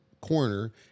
corner